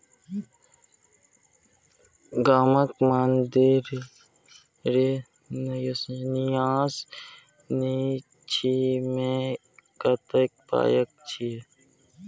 गामक मंदिरक न्यास निधिमे कतेक पाय छौ